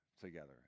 together